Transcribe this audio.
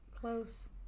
Close